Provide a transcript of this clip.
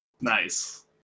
Nice